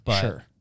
sure